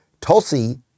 Tulsi